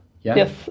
Yes